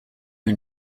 own